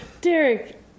Derek